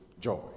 joy